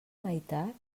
meitat